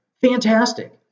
fantastic